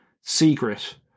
secret